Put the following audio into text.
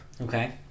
Okay